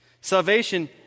Salvation